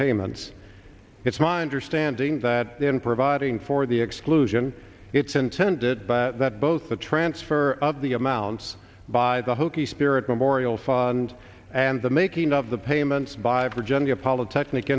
payments it's my understanding that in providing for the exclusion it's intended by that both the transfer of the amounts by the hokie spirit memorial fund and the making of the payments by virginia polytechnic